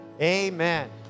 Amen